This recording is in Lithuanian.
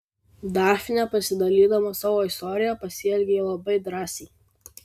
dafne pasidalydama savo istorija pasielgei labai drąsiai